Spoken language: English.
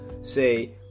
say